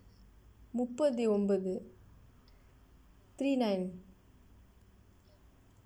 முப்பத்தி ஒன்பது:muppaththi onpathu three nine